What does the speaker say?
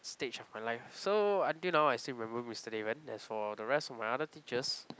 stage of my life so until now I still remember Mister Daven as for the rest of my other teachers